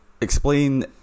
Explain